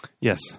Yes